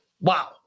wow